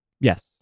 Yes